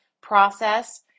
process